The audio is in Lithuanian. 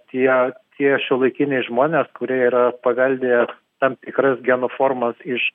tie tie šiuolaikiniai žmonės kurie yra paveldėję tam tikras genų formas iš